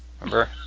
Remember